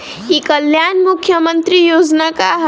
ई कल्याण मुख्य्मंत्री योजना का है?